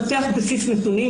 לפתח בסיס נתונים,